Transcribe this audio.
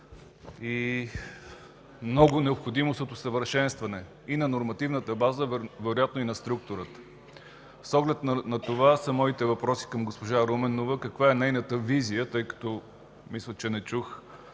и много необходимост от усъвършенстване и на нормативната база, вероятно и на структурата. С оглед на това са моите въпроси към госпожа Руменова – каква е нейната визия, тъй като мисля, че не чух